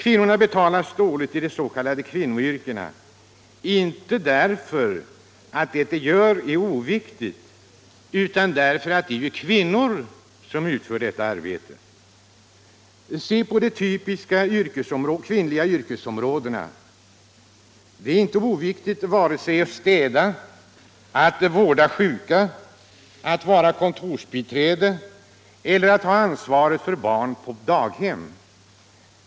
Kvinnorna betalas dåligt i de s.k. kvinnoyrkena, inte därför att det de gör är oviktigt utan därför att det är kvinnor som utför arbetet. Se på de typiskt kvinnliga yrkesområdena! Det är inte oviktigt vare sig att städa, att vårda sjuka, att vara kontorsbiträde eller att ha ansvaret för barn på daghem.